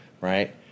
Right